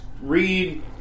read